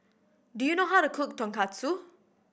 do you know how to cook Tonkatsu